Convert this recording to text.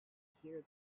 hear